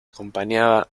acompañaba